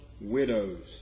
widows